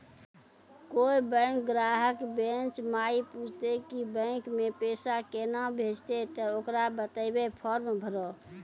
कोय बैंक ग्राहक बेंच माई पुछते की बैंक मे पेसा केना भेजेते ते ओकरा बताइबै फॉर्म भरो